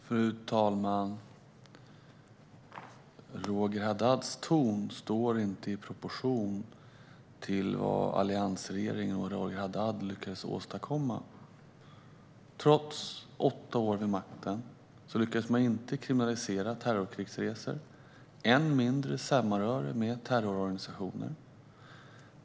Fru talman! Roger Haddads ton står inte i proportion till det som alliansregeringen och Roger Haddad lyckades åstadkomma. Trots åtta år vid makten lyckades man inte kriminalisera terrorkrigsresor, än mindre samröre med terrororganisationer.